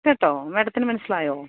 കേട്ടോ മാഡത്തിന് മനസ്സിലായോ